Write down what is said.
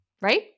right